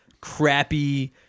crappy